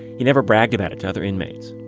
he never bragged about it to other inmates.